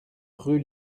rue